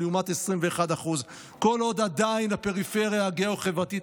לעומת 21%; כל עוד עדיין הפריפריה הגיאו-חברתית